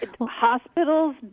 Hospitals